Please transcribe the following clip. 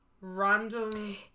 random